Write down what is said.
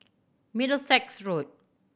Middlesex Road